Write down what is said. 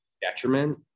detriment